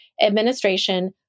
administration